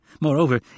Moreover